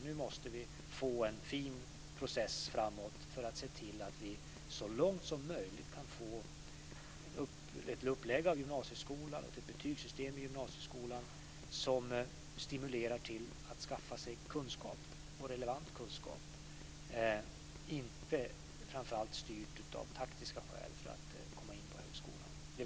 Vi måste nu få en fin process framöver för att se till att vi så långt som möjligt kan få en sådan uppläggning av gymnasieskolan och ett sådant betygssystem i den som stimulerar eleverna till att skaffa sig relevant kunskap, inte en kunskap som framför allt är styrd av taktiska skäl inför intagningen till högskolan.